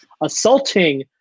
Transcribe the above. assaulting